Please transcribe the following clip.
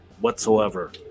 whatsoever